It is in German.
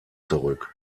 zurück